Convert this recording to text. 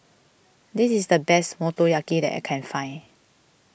this is the best Motoyaki that I can find